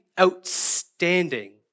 outstanding